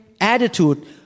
attitude